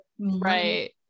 right